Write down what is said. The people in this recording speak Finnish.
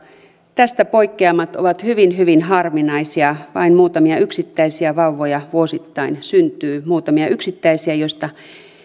tästä poikkeamat ovat hyvin hyvin harvinaisia vain muutamia yksittäisiä vauvoja vuosittain syntyy muutamia yksittäisiä joista